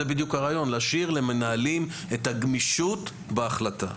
זה בדיוק הרעיון: להשאיר למנהלים את הגמישות בהחלטה.